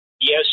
Yes